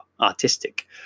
artistic